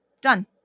Done